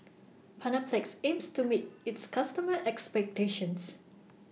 Panaflex aims to meet its customers' expectations